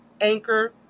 Anchor